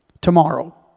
Tomorrow